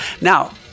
Now